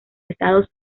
estados